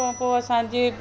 इन खां पोइ असांजी